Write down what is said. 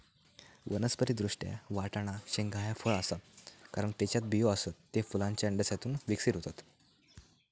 वनस्पति दृष्ट्या, वाटाणा शेंगा ह्या फळ आसा, कारण त्येच्यात बियो आसत, ते फुलांच्या अंडाशयातून विकसित होतत